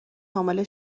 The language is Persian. حامله